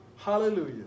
Hallelujah